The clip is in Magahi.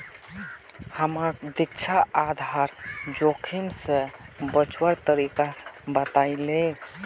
हमाक दीक्षा आधार जोखिम स बचवार तरकीब बतइ ले